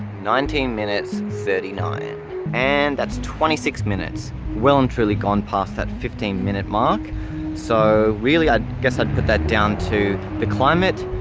nineteen minutes thirty nine and at twenty six minutes well and truly gone past that fifteen minute mark so really i guess that put that down to the climate.